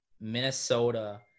Minnesota